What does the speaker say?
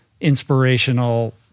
inspirational